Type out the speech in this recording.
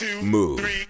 Move